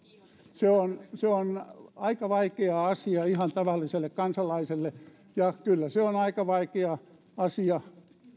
se on se on aika vaikea asia ihan tavalliselle kansalaiselle ja kyllä se on aika vaikea asia